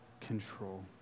control